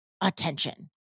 attention